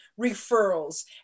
referrals